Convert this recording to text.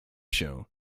się